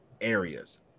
areas